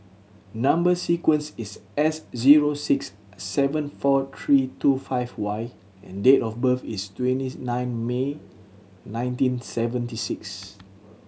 number sequence is S zero six seven four three two five Y and date of birth is nine May nineteen seventy six